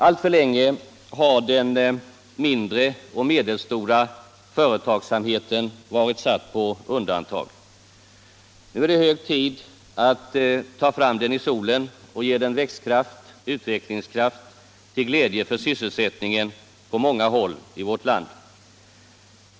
Alltför länge har den mindre och medelstora företagsamheten varit satt på undantag. Nu är det hög tid att ta fram den i solen och ge den växtkraft och utvecklingskraft till glädje för sysselsättningen på många håll i vårt land.